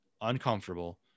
uncomfortable